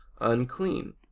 unclean